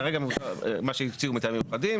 מטעמים מיוחדים,